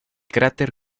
cráter